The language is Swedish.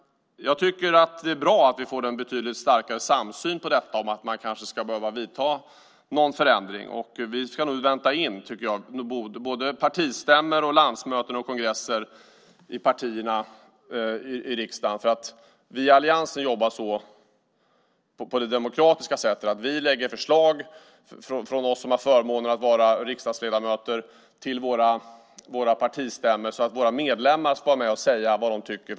Jag tycker att det är bra att vi får en betydligt starkare samsyn kring att man kanske behöver vidta någon förändring. Nu tycker jag att vi ska vänta in riksdagspartiernas partistämmor, landsmöten och kongresser. Vi i alliansen jobbar på det demokratiska sättet att vi lägger fram förslag från oss som har förmånen att vara riksdagsledamöter till våra partistämmor så att medlemmarna kan vara med och säga vad de tycker.